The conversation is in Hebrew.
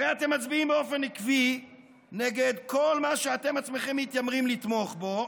הרי אתם מצביעים באופן עקבי נגד כל מה שאתם עצמכם מתיימרים לתמוך בו